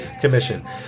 Commission